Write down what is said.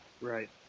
right